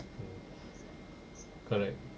mm correct